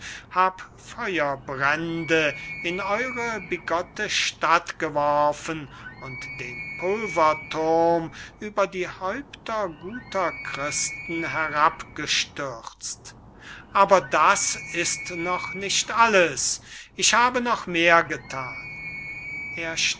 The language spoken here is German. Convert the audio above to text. hab feuerbrände in eure bigotte stadt geworfen und den pulverthurm über die häupter guter christen herabgestürzt aber es ist noch nicht alles ich habe noch mehr gethan